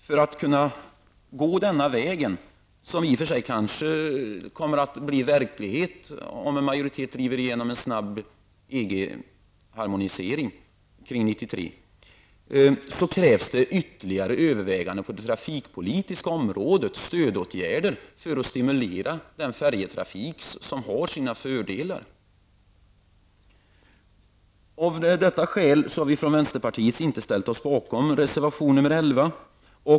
För att kunna gå denna väg -- som i och för sig kanske kommer att bli verklighet om en majoritet driver igenom en snabb EG-harmonisering kring år 1993 -- krävs ytterligare överväganden på det trafikpolitiska området och stödåtgärder för att stimulera den färjetrafik som har fördelar. Av detta skäl har vi från vänsterpartiet inte ställt oss bakom reservation nr 11.